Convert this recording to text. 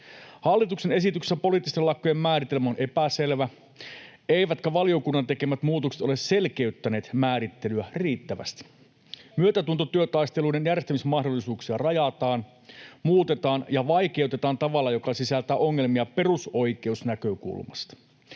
Hallituksen esityksessä poliittisten lakkojen määritelmä on epäselvä, eivätkä valiokunnan tekemät muutokset ole selkeyttäneet määrittelyä riittävästi. Myötätuntotyötaisteluiden järjestämismahdollisuuksia rajataan, muutetaan ja vaikeutetaan tavalla, joka sisältää ongelmia perusoikeusnäkökulmasta.